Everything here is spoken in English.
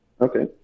Okay